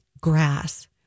grass